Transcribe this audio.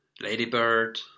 Ladybird